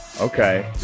okay